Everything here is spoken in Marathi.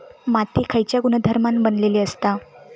माती खयच्या गुणधर्मान बनलेली असता?